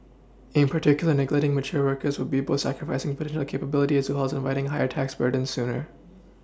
in particular neglecting mature workers would be both sacrificing potential capability as well as inviting higher tax burdens sooner